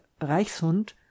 reichshund